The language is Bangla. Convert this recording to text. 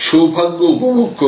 সৌভাগ্য উপভোগ করুন